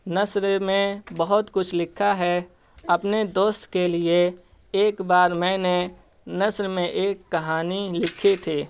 نثر میں بہت کچھ لکھا ہے اپنے دوست کے لیے ایک بار میں نے نثر میں ایک کہانی لکھی تھی